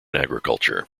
agriculture